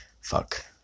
Fuck